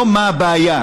לא מה הבעיה,